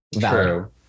True